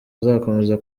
azakomeza